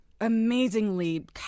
amazingly